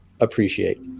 appreciate